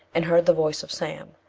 and heard the voice of sam.